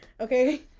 Okay